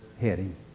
heading